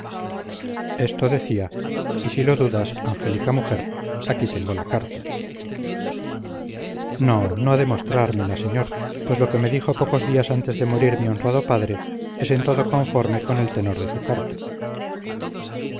esto decía y si lo dudas angélica mujer aquí tengo la carta no no ha de mostrármela señor pues lo que me dijo pocos días antes de morir mi honrado padre es en todo conforme con el tenor de su carta